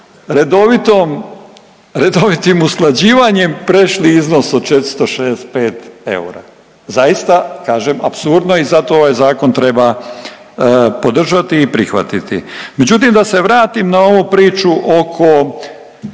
redovitim usklađivanjem prešli iznos od 465 eura. Zaista, kažem, apsurdno i zato ovaj Zakon treba podržati i prihvatiti. Međutim, da se vratim na ovu priču oko